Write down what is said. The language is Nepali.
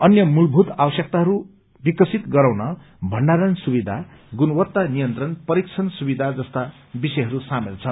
अन्य मूलभूत आवश्कयताहरू विकसित गराउन भण्डारण सुविया गुणवत्ता नियन्त्रण परीक्षण सुविधा जस्ता विषय सामेल छन्